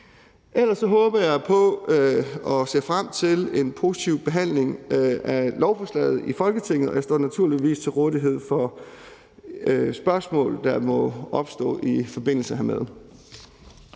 Ellers håber jeg på og ser frem til en positiv behandling af lovforslaget i Folketinget, og jeg står naturligvis til rådighed for spørgsmål, der må opstå i forbindelse hermed.